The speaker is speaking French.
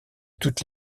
toutes